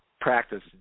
practice